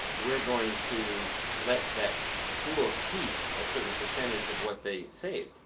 we're going to let that school keep a certain percentage of what they save.